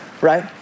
right